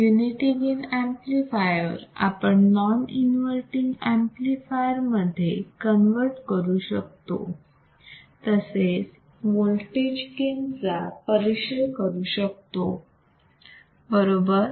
हा unity gain amplifier आपण non inverting amplifier मध्ये कन्वर्ट करू शकतो तसेच वोल्टेज गेन चा परिचय करू शकतो बरोबर